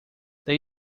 they